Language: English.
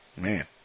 Man